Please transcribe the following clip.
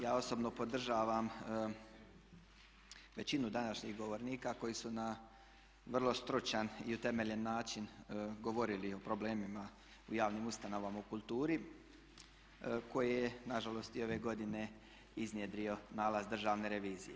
Ja osobno podržavam većinu današnjih govornika koji su na vrlo stručan i utemeljen način govorili o problemima u javnim ustanovama u kulturi koje je na žalost i ove godine iznjedrio nalaz Državne revizije.